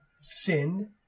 sinned